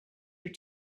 your